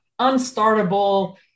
Unstartable